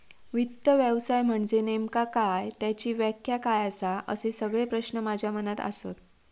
वित्त व्यवसाय म्हनजे नेमका काय? त्याची व्याख्या काय आसा? असे सगळे प्रश्न माझ्या मनात आसत